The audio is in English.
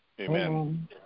Amen